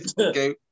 okay